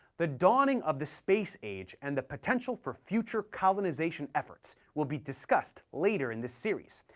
the dawning of the space age and the potential for future colonization efforts will be discussed later in this series,